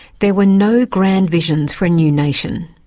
there were no grand visions for a new nation.